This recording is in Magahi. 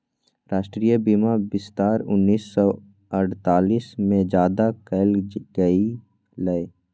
राष्ट्रीय बीमा विस्तार उन्नीस सौ अडतालीस में ज्यादा कइल गई लय